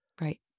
Right